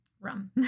Rum